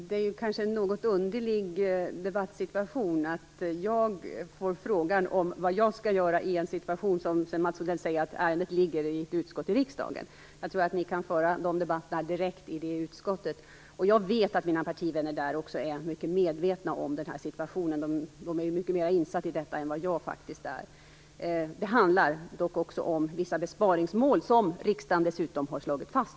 Herr talman! Det är en något underlig debattsituation att jag får frågan om vad jag skall göra i en situation och att Mats Odell sedan säger att ärendet ligger i ett utskott i riksdagen. Jag tror att ni kan föra debatterna direkt i det utskottet. Jag vet att mina partivänner där är mycket medvetna om situationen. De är ju mycket mer insatta i detta än vad jag är. Det handlar dock också om vissa besparingsmål som riksdagen redan har slagit fast.